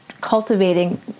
cultivating